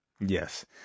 Yes